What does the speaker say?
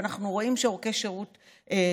ואנחנו רואים אורכי שירות שונים.